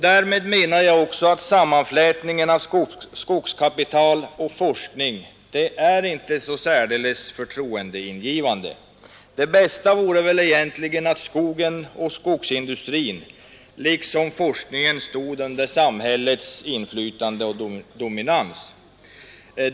Därmed menar jag också att sammanflätningen av skogskapital och forskning inte är så särdeles förtroendeingivande. Det bästa vore egentligen att skogen och skogsindustrin, liksom forskningen, stod under samhällets inflytande och dominans.